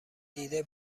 دیده